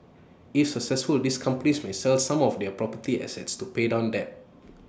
if successful these companies may sell some of their property assets to pay down debt